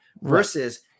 Versus